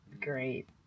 great